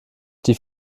die